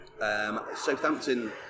Southampton